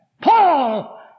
Paul